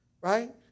right